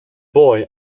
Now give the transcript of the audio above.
boy